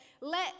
let